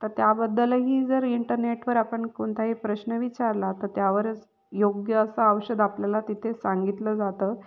तर त्याबद्दलही जर इंटरनेटवर आपण कोणताही प्रश्न विचारला तर त्यावरच योग्य असं औषध आपल्याला तिथे सांगितलं जातं